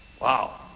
Wow